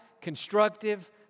constructive